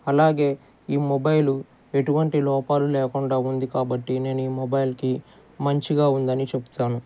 అలాగే ఈ మొబైలు ఎటువంటి లోపాలు లేకుండా ఉంది కాబట్టి నేను ఈ మొబైల్కి మంచిగా ఉంది అని చెప్తాను